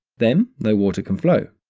then no water can flow,